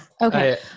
Okay